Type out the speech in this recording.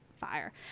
fire